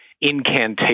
incantation